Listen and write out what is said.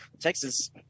Texas